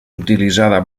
utilitzada